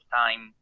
time